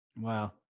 Wow